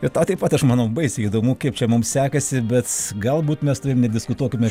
bet tau taip pat aš manau baisiai įdomu kaip čia mums sekasi bet galbūt mes su tavim nediskutuokime